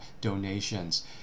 donations